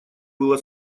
было